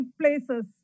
places